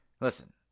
Listen